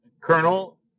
colonel